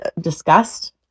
discussed